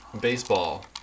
baseball